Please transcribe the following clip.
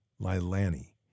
Lilani